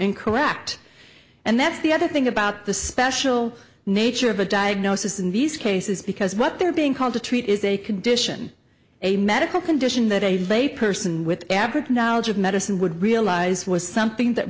incorrect and that's the other thing about the special nature of a diagnosis in these cases because what they're being called to treat is a condition a medical condition that i have a person with average knowledge of medicine would realize was something that